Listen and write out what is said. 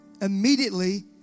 immediately